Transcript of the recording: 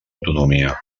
autonomia